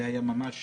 זה היה ממש